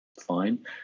fine